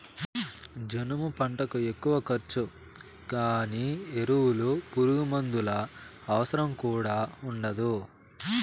జనుము పంటకు ఎక్కువ ఖర్చు గానీ ఎరువులు పురుగుమందుల అవసరం కూడా ఉండదు